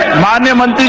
monument